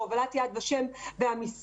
בהובלת יד ושם והמשרד,